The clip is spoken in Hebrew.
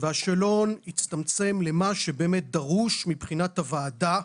והשאלון יצטמצם למה שבאמת דרוש מבחינת הוועדה,